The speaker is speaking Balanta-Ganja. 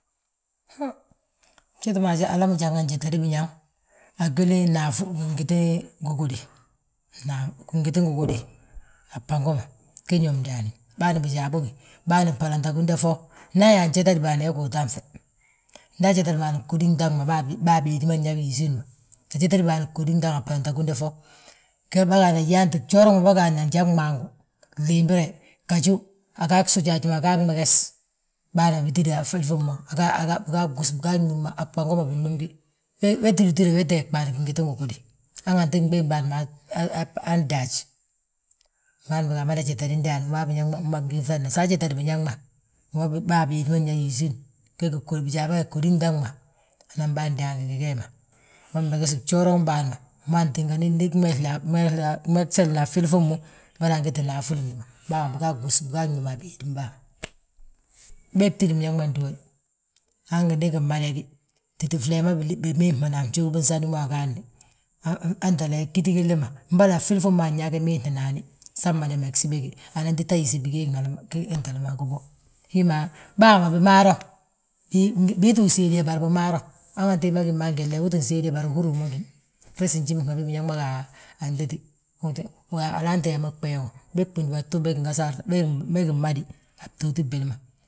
Han bjéti bi Alami janga jetedi biñaŋ, a gwilin naafu, ngi gintin gigudi, a fbango ma, ge ñób ndaani. Bâan bijaa bógi, bâan balantagúnda fo, nda yaa anjétedbâan we gú utaanŧe, nda ajétedbâan ghódi gdaŋ, bàa béedi ma nyaa isíin ma. Ajétedbâan ghódi gdaŋ a balantagúnda fo, bâgaana nyaanti gjooraŋ ma bâgaadna njan mmangu, gliimbire, gaju, a gsuji haji ma aga gmeges. Bâan bitída fili fommu, agaa gwús, agaa gnúm a gbango ma binnúmgi. We tínditida, we teegbâan gingiti gigudi, hanganti gbiim bâan maa ddaaj. Bâan bége amada jetedi ndaani, wi ma wi biñaŋ ma nginŧande sa ajetedi biénaŋ ma, wi ma bàa bédi ma nyaa isíin. Bijaa ma yaa ghódi gdaŋ ma, binan bâan daange ngi gee ma, wi ma mmeges gjóoraŋn bâan ma. Wi ma tíngani ndi gmegsele a ffili fommu, bâna giti naafúl wi ma, bàa ma biga gwúsi, a gbéedim bàa ma. Bee btídi biñaŋ ma ndúway, han geedi gimmada gi, titti flee ma bimeeman a fjugubin sanu ma agaadni. Ggíti gilli ma, mbolo a ffili fommu fi anyaa ge meenanani, sam mada megsi béege, hanan títa yísi bigii góbo. Hi ma, bàa ma bimaaraw, bii ttu siim bari bimaaraw, hanganti wi mo gini han gilla utti siim bari uhúri wi ma gíni. Gresi nhabi biñaŋ ma ga a gdéti, alaanti yaa mo orobb béw, bég bindúba tu bégi mmadi a btooti bwili.